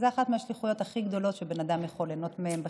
זאת אחת מהשליחויות הכי גדולות שבן אדם יכול ליהנות מהן בחייו,